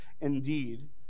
indeed